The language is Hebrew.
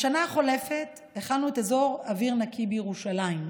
בשנה החולפת הכנו את אזור אוויר נקי בירושלים,